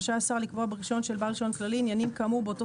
רשאי השר לקבוע ברישיון של בעל רישיון כללי עניינים כאמור באותו